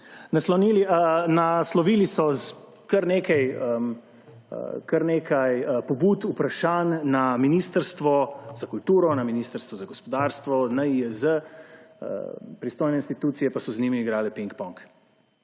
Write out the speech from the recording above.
Naslovili so kar nekaj pobud, vprašanj na Ministrstvo za kulturo, na Ministrstvo za gospodarstvo, NIJZ, pristojne institucije pa so z njimi igrale pinpong.